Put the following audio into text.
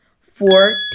Four